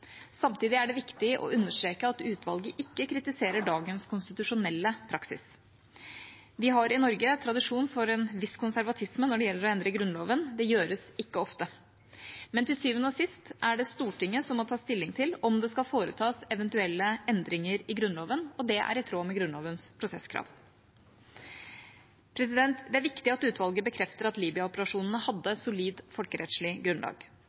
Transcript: Samtidig er det viktig å understreke at utvalget ikke kritiserer dagens konstitusjonelle praksis. Vi har i Norge tradisjon for en viss konservatisme når det gjelder å endre Grunnloven. Det gjøres ikke ofte. Men til syvende og sist er det Stortinget som må ta stilling til om det skal foretas eventuelle endringer i Grunnloven, og det er i tråd med Grunnlovens prosesskrav. Det er viktig at utvalget bekrefter at Libya-operasjonene hadde solid folkerettslig grunnlag,